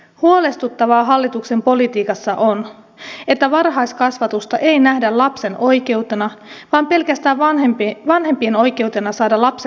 huolestuttavaa hallituksen politiikassa on että varhaiskasvatusta ei nähdä lapsen oikeutena vaan pelkästään vanhempien oikeutena saada lapselle hoitopaikka